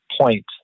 point